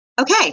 okay